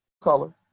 color